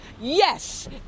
yes